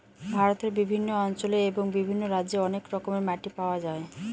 ভারতের বিভিন্ন অঞ্চলে এবং বিভিন্ন রাজ্যে অনেক রকমের মাটি পাওয়া যায়